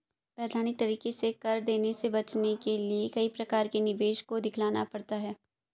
वैधानिक तरीके से कर देने से बचने के लिए कई प्रकार के निवेश को दिखलाना पड़ता है